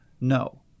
No